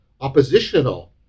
oppositional